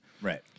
Right